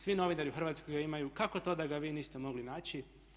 Svi novinari u Hrvatskoj ga imaju, kako to da ga vi niste mogli naći?